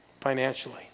financially